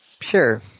sure